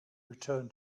return